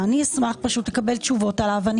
וגם אמרו לשר האוצר ברחל בתך הקטנה בדיון